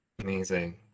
Amazing